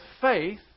faith